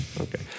okay